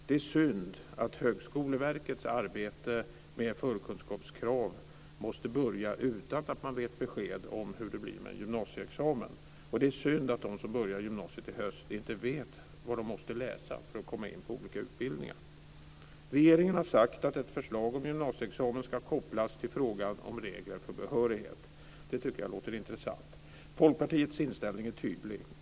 Det är synd att Högskoleverkets arbete med förkunskapskrav måste börja utan att man vet besked om hur det blir med gymnasieexamen. Det är synd att de som börjar gymnasiet i höst inte vet vad de måste läsa för att komma in på olika utbildningar. Regeringen har sagt att ett förslag om en gymnasieexamen ska kopplas till frågan om regler för behörighet. Det tycker jag låter intressant. Folkpartiets inställning är tydlig.